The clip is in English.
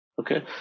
okay